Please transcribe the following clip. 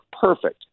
perfect